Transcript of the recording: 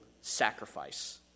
sacrifice